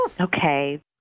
Okay